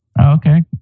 Okay